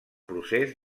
procés